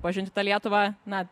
pažinti tą lietuvą na